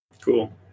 cool